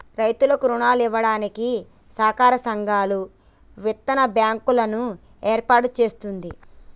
రైతులకు రుణాలు ఇవ్వడానికి సహకార సంఘాలు, విత్తన బ్యాంకు లను ఏర్పాటు చేస్తుంది